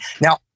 Now